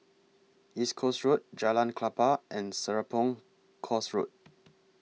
East Coast Road Jalan Klapa and Serapong Course Road